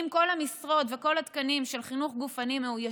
אם כל המשרות וכל התקנים של חינוך גופני מאוישים,